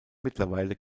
mittlerweile